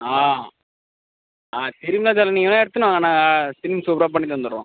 ஆ ஆ திரும்ப சார் நீங்கள் வேணா எடுத்துன்னு வாங்க நாங்கள் திரும்பி சூப்பராக பண்ணி தந்துடுறோம்